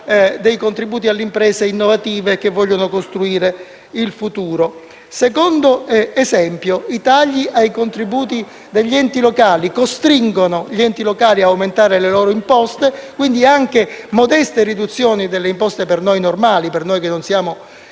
dei contributi alle imprese innovative che vogliono costruire il futuro. Secondo esempio: i tagli ai contributi degli enti locali costringono gli stessi enti locali ad aumentare le loro imposte; quindi, anche modeste riduzioni a livello nazionale delle imposte per noi normali (per noi che non siamo